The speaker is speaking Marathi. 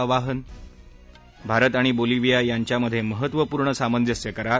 आवाहन भारत आणि बोलिव्हिया यांच्यामध्ये महत्त्वपूर्ण सामंजस्य करार